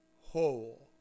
whole